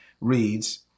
reads